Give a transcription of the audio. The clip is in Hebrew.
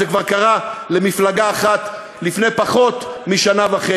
זה כבר קרה למפלגה אחת לפני פחות משנה וחצי.